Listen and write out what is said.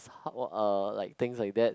how uh like things like that